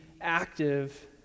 active